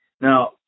Now